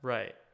Right